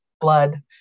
blood